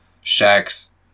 Shack's